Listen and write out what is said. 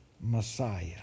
Messiah